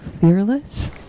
fearless